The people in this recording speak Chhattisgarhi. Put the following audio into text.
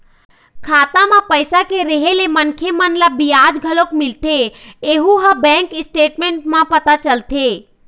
खाता म पइसा के रेहे ले मनखे मन ल बियाज घलोक मिलथे यहूँ ह बैंक स्टेटमेंट म पता चलथे